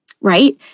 right